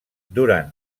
durant